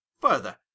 Further